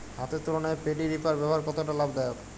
হাতের তুলনায় paddy reaper ব্যবহার কতটা লাভদায়ক?